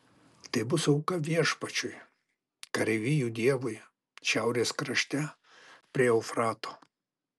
tai bus auka viešpačiui kareivijų dievui šiaurės krašte prie eufrato